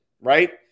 right